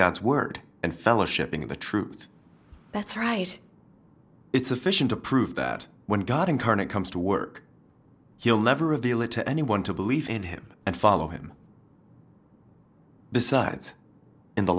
god's word and fellowshipping the truth that's right it's official to prove that when god incarnate comes to work he'll never reveal it to anyone to believe in him and follow him besides in the